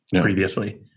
previously